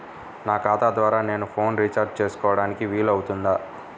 నా ఖాతా ద్వారా నేను ఫోన్ రీఛార్జ్ చేసుకోవడానికి వీలు అవుతుందా?